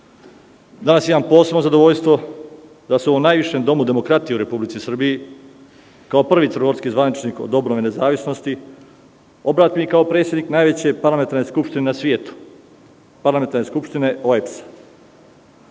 imam posebno zadovoljstvo da se u ovom najvišem domu demokratije u Republici Srbiji, kao prvi crnogorski zvaničnik od obnove nezavisnosti, obrtim i kao predsednik najveće Parlamentarne skupštine na svetu, Parlamentarne skupštine OEBS–a.Srce